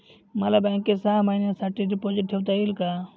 मला बँकेत सहा महिन्यांसाठी डिपॉझिट ठेवता येईल का?